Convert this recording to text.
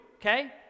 okay